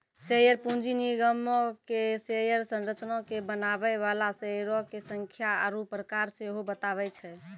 share पूंजी निगमो के शेयर संरचना के बनाबै बाला शेयरो के संख्या आरु प्रकार सेहो बताबै छै